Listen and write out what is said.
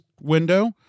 window